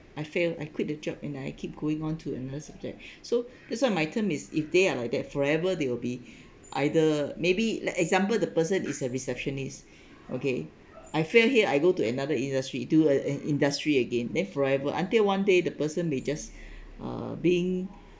I failed I quit the job and I keep going on to another subject so that's why my term is if they are like that forever they will be either maybe like example the person is a receptionist okay I fail here I go to another industry into uh an industry again then forever until one day the person they just uh being